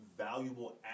valuable